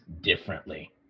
differently